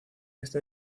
esta